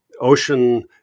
ocean